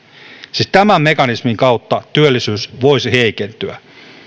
siis tämän mekanismin kautta työllisyys voisi heikentyä